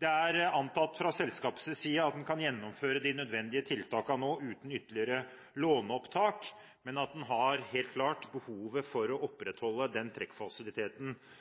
Det er antatt fra selskapets side at en kan gjennomføre de nødvendige tiltakene nå uten ytterligere låneopptak, men at en helt klart har behov for å